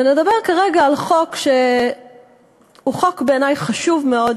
ונדבר כרגע על חוק חשוב מאוד,